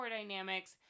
dynamics